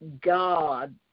God